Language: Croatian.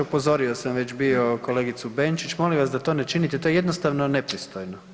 Upozorio sam već bio kolegicu Benčić, molim vas da to ne činite, to je jednostavno nepristojno.